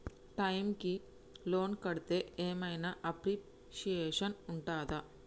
Time కి loan కడ్తే ఏం ఐనా అప్రిషియేషన్ ఉంటదా?